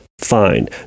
fine